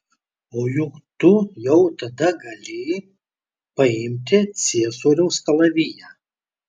o juk tu jau tada galėjai paimti ciesoriaus kalaviją